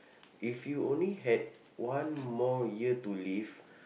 if you only had one more year to live